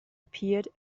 appeared